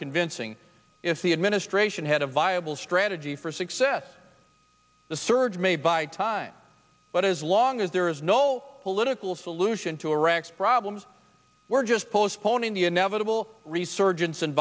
convincing if the administration had a viable strategy for success the surge may buy time but as long as there is no political solution to iraq's problems we're just postponing the inevitable resurgence and